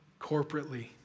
corporately